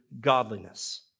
godliness